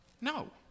No